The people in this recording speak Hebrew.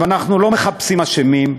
ואנחנו לא מחפשים אשמים,